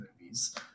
movies